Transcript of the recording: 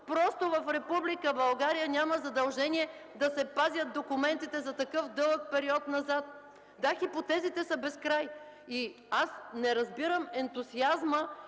просто в Република България няма задължение да се пазят документите за такъв дълъг период назад! Да, хипотезите са безкрай! И аз не разбирам ентусиазма